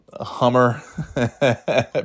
Hummer